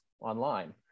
online